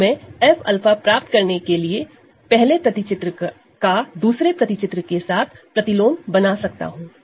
तो मैं F𝛂 प्राप्त करने के लिए पहले मैप का दूसरे मैप के साथ प्रतिलोम बना सकता हूं